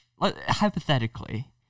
hypothetically